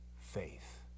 faith